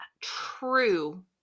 true